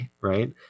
right